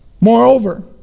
Moreover